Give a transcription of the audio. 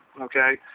okay